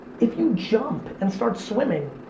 if you jump and start swimming,